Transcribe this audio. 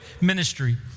ministry